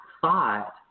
thought